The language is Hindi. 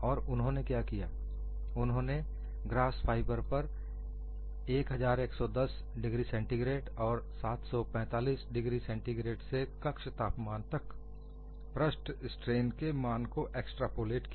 और उन्होंने क्या किया उन्होंने ग्लास फाइबर पर 1110 डिग्री सेंटीग्रेड और 745 डिग्री सेंटीग्रेड से कक्ष तापमान तक पृष्ठ स्ट्रेन के मान को एक्स्ट्रापोलेट किया